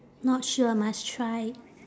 not sure must try